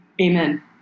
amen